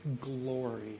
glory